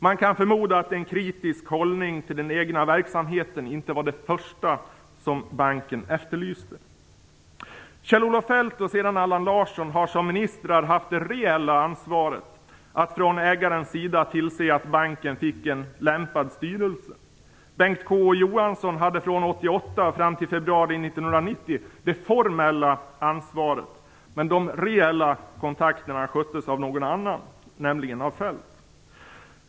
Man kan förmoda att en kritisk hållning till den egna verksamheten inte var det första banken efterlyste. Kjell-Olof Feldt och sedan Allan Larsson har som ministrar haft det reella ansvaret att från ägarens sida tillse att banken fick en lämpad styrelse. Bengt K.Å. Johansson hade från 1988 fram till februari 1990 det formella ansvaret, men de reella kontakter sköttes av någon annan, nämligen av Feldt.